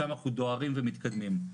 שם אנחנו דוהרים ומתקדמים.